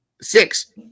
six